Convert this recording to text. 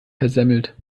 versemmelt